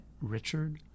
Richard